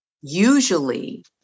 usually